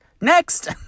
next